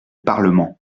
parlement